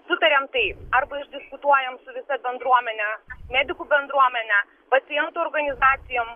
sutariam taip arba išdiskutuojam su visa bendruomene medikų bendruomene pacientų organizacijom